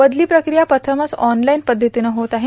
बदली प्रक्रिया प्रथमच ऑनलाईन पखतीनं होत आहे